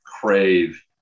crave